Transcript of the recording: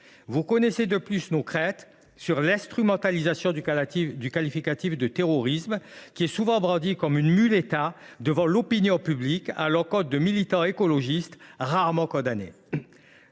Vous connaissez nos craintes quant à l’instrumentalisation du qualificatif « terroriste », souvent brandi comme une muleta devant l’opinion publique contre des militants écologistes, rarement condamnés.